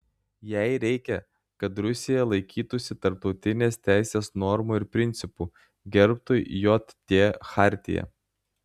jai reikia kad rusija laikytųsi tarptautinės teisės normų ir principų gerbtų jt chartiją